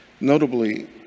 Notably